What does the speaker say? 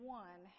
one